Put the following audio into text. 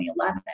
2011